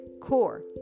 core